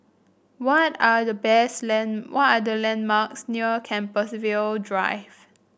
what are the best land what are the landmarks near Compassvale Drive